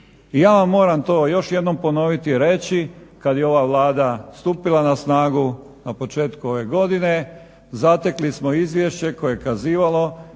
I ja vam moram to još jednom ponoviti, reći kad je ova Vlada stupila na snagu na početku ove godine, zatekli smo izvješće koje je kazivalo